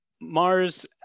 Mars